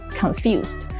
confused